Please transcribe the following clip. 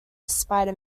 spider